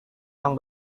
yang